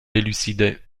élucider